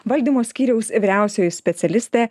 valdymo skyriaus vyriausioji specialistė